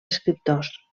escriptors